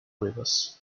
rivers